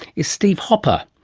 is steve hopper.